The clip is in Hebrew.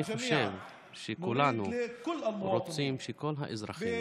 אני חושב שכולנו רוצים שכל האזרחים